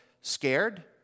scared